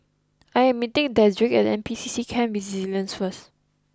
I am meeting Dedrick at N P C C Camp Resilience first